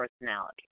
personality